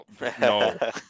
No